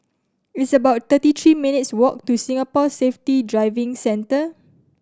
it's about thirty three minutes walk to Singapore Safety Driving Centre